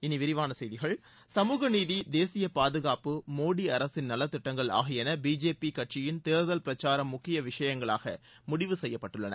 இனி விரிவான செய்திகள் சமூகநீதி தேசிய பாதுகாப்பு மோடி அரசின் நலத்திட்டங்கள் ஆகியன பிஜேபி கட்சியின் தேர்தல் பிரச்சார முக்கிய விஷயங்களாக முடிவு செய்யப்பட்டுள்ளன